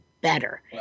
better